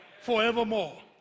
forevermore